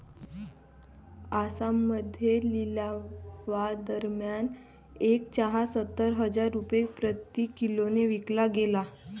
आसाममध्ये लिलावादरम्यान एक चहा सत्तर हजार रुपये प्रति किलोने विकला गेला